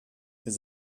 his